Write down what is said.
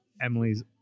Emily's